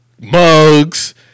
Mugs